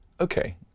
okay